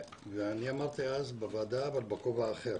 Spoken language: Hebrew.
אני אמרתי אז בוועדה אבל בכובע האחר,